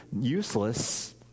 useless